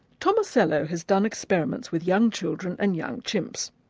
tomasello has done experiments with young children and young chimps.